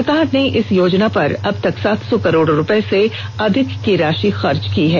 सरकार ने इस योजना पर अब तक सात सौ करोड़ रुपए से अधिक की राशि खर्च की है